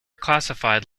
classified